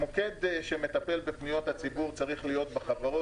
מוקד שמטפל בפניות הציבור צריך להיות בחברות.